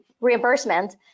reimbursement